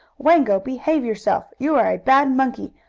wango, behave yourself! you are a bad monkey!